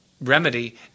Remedy